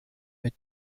mit